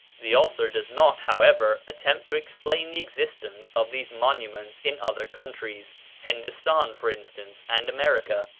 the author does not, however, attempt to explain the existence of these monuments in other countries hindostan, for instance, and america.